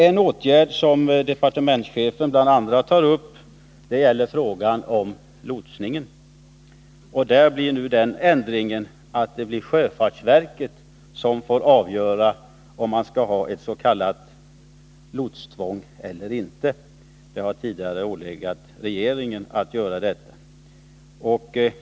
En åtgärd bland andra som departementschefen tar upp är frågan om lotsningen. Där föreslås den ändringen att sjöfartsverket får avgöra var det skall föreligga lotstvång — det har tidigare ålegat regeringen att göra den bedömningen.